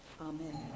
Amen